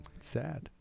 sad